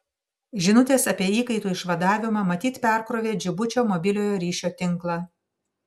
žinutės apie įkaitų išvadavimą matyt perkrovė džibučio mobiliojo ryšio tinklą